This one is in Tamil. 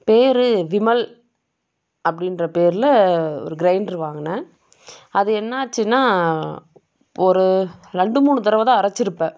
பேர் விமல் அப்படின்ற பேரில் ஒரு கிரைண்ட்ரு வாங்கினேன் அது என்னாச்சுன்னா ஒரு ரெண்டு மூணு தடவ தான் அரைச்சிருப்பேன்